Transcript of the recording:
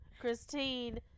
Christine